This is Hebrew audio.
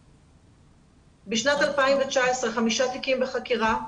בשנת 2019 חמישה תיקים בחקירה,